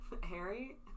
Harry